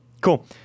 Cool